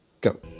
go